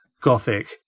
Gothic